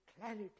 clarity